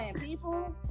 people